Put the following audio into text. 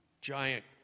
giant